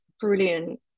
brilliant